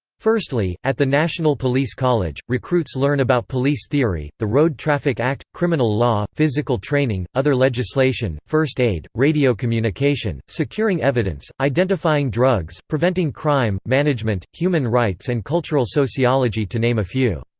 firstly, at the national police college, recruits learn about police theory, the road traffic act, criminal law, physical training, other legislation, first aid, radio communication, securing evidence, identifying drugs, preventing crime, management, human rights and cultural sociology to name a few.